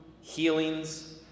healings